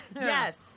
Yes